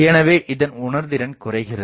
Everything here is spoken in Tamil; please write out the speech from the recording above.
எனவே இதன் உணர்திறன் குறைகிறது